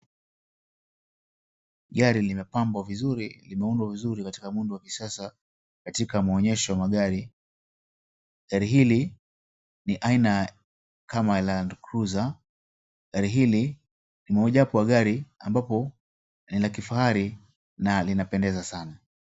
Gari limepambwa vizuri, limeundwa vizuri katika muundo wa kisasa katika maonyesho ya magari. Gari hili ni aina kama Landcruiser. Gari hili ni mojawapo ya gari ambapo ni la kifahari na linapendeza sana.